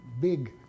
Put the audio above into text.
big